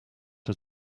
had